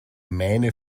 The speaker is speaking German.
mähne